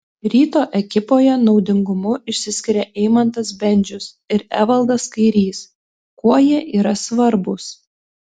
ryto ekipoje naudingumu išsiskiria eimantas bendžius ir evaldas kairys kuo jie yra svarbūs